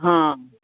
हँ